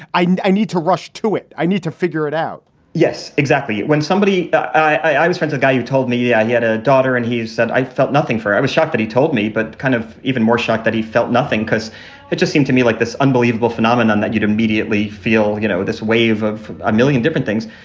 i and i need to rush to it. i need to figure it out yes, exactly. when somebody i i was friends, a guy who told me i yeah had a daughter and he said i felt nothing for i was shocked that he told me, but kind of even more shocked that he felt nothing, because it just seemed to me like this unbelievable phenomenon that you'd immediately feel you know this wave of a million different things.